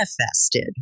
manifested